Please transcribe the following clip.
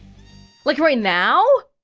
like, right now?